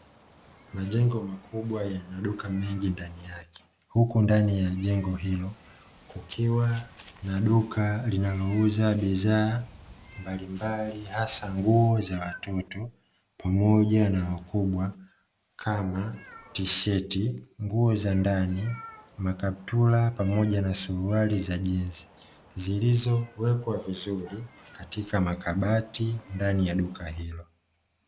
Majengo makubwa yenye maduka mengi ndani yake, huku ndani ya jengo hilo kukiwa na duka linalouza bidhaa mbalimbali; hasa nguo za watoto pamoja na wakubwa, kama: tisheti, nguo za ndani, makaptula, pamoja na suruali za jinzi, zilizowekwa vizuri katika makabati ndani ya duka hilo.